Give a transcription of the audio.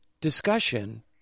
Discussion